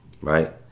right